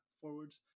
forwards